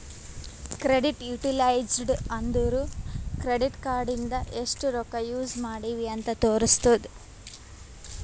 credit utilised ಅಂದುರ್ credit card ಇಂದ ಎಸ್ಟ್ ರೊಕ್ಕಾ ಯೂಸ್ ಮಾಡ್ರಿ ಅಂತ್ ತೋರುಸ್ತುದ್